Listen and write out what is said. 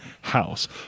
house